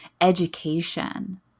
education